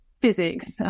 physics